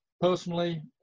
Personally